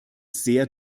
sehr